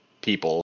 people